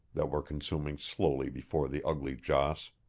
that were consuming slowly before the ugly joss.